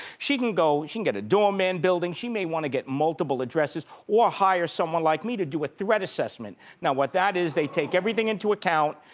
she can go, she can get a doorman building, she may wanna get multiple addresses or hire someone like me to do a threat assessment. now what that is, they take everything into account,